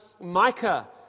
Micah